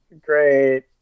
great